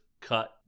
cut